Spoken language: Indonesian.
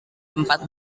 empat